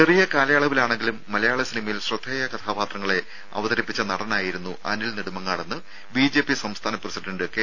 ചെറിയ കാലയളവിലാണെങ്കിലും മലയാള സിനിമയിൽ ശ്രദ്ധേയ കഥാപാത്രങ്ങളെ അവതരിപ്പിച്ച നടനായിരുന്നു അനിൽ നെടുമങ്ങാടെന്ന് ബിജെപി സംസ്ഥാന പ്രസിഡന്റ് കെ